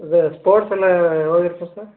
ಅದೇ ಸ್ಪೋರ್ಟ್ಸ್ ಎಲ್ಲ ಯಾವಾಗ ಇರ್ತವೆ ಸರ್